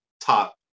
top